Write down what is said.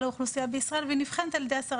האוכלוסייה בישראל והיא נבחנת על ידי השרה,